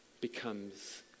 becomes